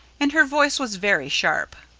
and her voice was very sharp.